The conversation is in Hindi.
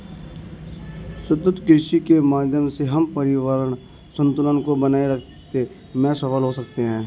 सतत कृषि के माध्यम से हम पर्यावरण संतुलन को बनाए रखते में सफल हो सकते हैं